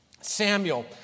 Samuel